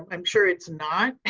um i'm sure it's not, and